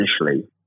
initially